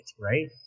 Right